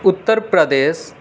Uttar Pradesh